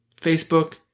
Facebook